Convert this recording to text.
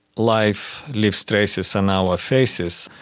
life leaves traces on our faces.